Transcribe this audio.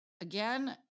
again